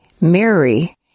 Mary